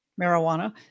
marijuana